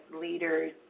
leaders